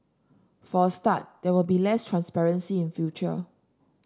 for a start there will be less transparency in future